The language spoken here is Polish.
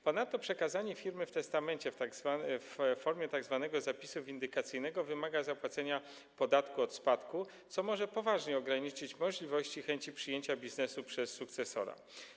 Ponadto przekazanie firmy w testamencie w formie tzw. zapisu windykacyjnego wymaga zapłacenia podatku od spadku, co może poważnie ograniczyć możliwości i chęci przyjęcia biznesu przez sukcesora.